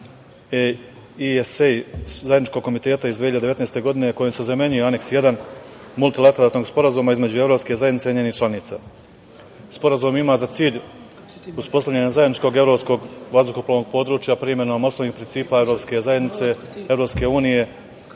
ESAA Zajedničkog komiteta iz 2019. godine kojim se zamenjuje Aneks 1 multilateralnog Sporazuma između Evropske zajednice i njenih članica. Sporazum ima za cilj uspostavljanje Zajedničkog evropskog vazduhoplovnog područja primenom osnovnih principa Evropske zajednice, EU u